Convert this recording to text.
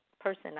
person